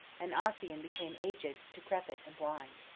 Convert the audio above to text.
and ossian became aged, decrepit, and blind.